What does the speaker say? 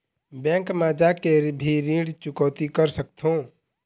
Bank मा जाके भी ऋण चुकौती कर सकथों?